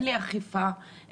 אין אכיפה,